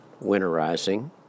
winterizing